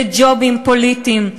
לג'ובים פוליטיים,